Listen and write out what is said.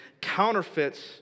Counterfeits